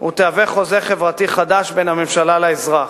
ותהווה חוזה חברתי חדש בין הממשלה לאזרח,